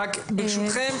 רק ברשותכם,